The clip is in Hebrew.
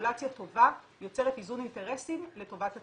רגולציה טובה יוצרת איזון אינטרסים לטובת הציבור.